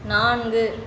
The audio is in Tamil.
நான்கு